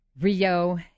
Rio